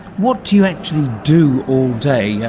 what do you actually do all day? yeah